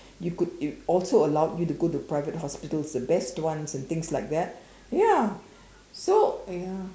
you could you also allowed you to go to private hospitals the best ones and things like that ya so ya